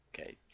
Okay